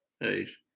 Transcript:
Nice